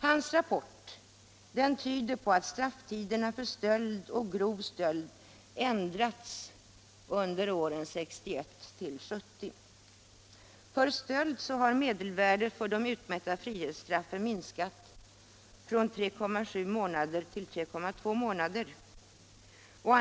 Hans rapport tyder på att strafftiderna för stöld och grov stöld ändrats under åren 1961-1970. För stöld har medelvärdet för de utmätta frihetsstraffen minskat från 3,7 månader till 3,2 månader.